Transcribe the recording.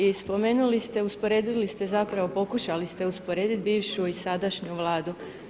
I spomenuli ste, usporedili ste, zapravo pokušali ste usporediti bivšu i sadašnju Vladu.